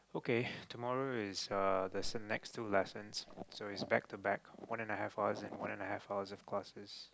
okay tomorrow is uh there's uh next two lessons so it's back to back one and a half hours and one and a half hours of classes